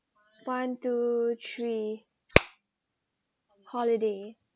one two three holiday